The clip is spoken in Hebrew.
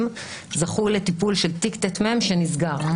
זכו לטיפול של תיק ט"מ שנסגר.